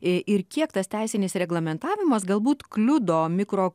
i ir kiek tas teisinis reglamentavimas galbūt kliudo mikro